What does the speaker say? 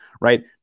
right